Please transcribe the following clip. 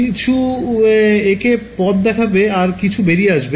কিছু একে পথ দেখাবে আর কিছু বেরিয়ে আসবে